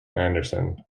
andersen